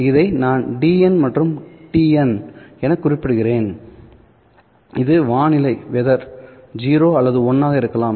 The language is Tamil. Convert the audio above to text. இதை நான் dn மற்றும் dn எனக் குறிப்பிடுகிறேன் இது வானிலை 0 அல்லது 1 ஆக இருக்கலாம்